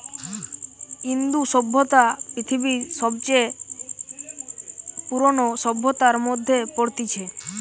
ইন্দু সভ্যতা পৃথিবীর সবচে পুরোনো সভ্যতার মধ্যে পড়তিছে